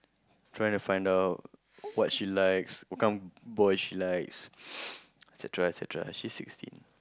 trying to find out what she likes what kind of boy she likes et-cetera et-cetera she's sixteen